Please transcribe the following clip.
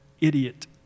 idiot